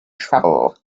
travel